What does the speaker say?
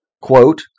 quote